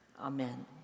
Amen